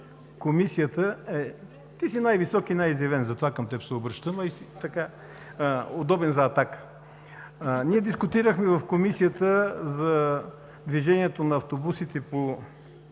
Ти си най-висок и най-изявен, затова се обръщам към теб, а и така – удобен за атака. Ние дискутирахме в Комисията за движението на автобусите по